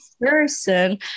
Person